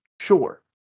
Sure